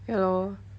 ya lor